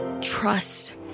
trust